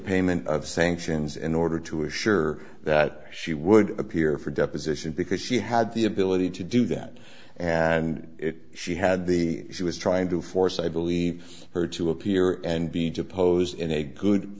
payment of sanctions in order to assure that she would appear for deposition because she had the ability to do that and she had the she was trying to force i believe her to appear and be deposed in a good